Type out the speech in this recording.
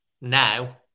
now